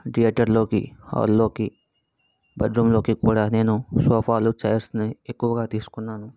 థియేటర్లోకి హాల్లోకి బెడ్రూమ్లోకి కూడా నేను సోఫాలు చైర్స్ని ఎక్కువగా తీసుకున్నాను